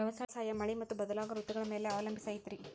ವ್ಯವಸಾಯ ಮಳಿ ಮತ್ತು ಬದಲಾಗೋ ಋತುಗಳ ಮ್ಯಾಲೆ ಅವಲಂಬಿಸೈತ್ರಿ